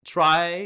Try